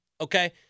okay